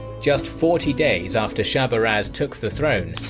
just forty days after shahrbaraz took the throne,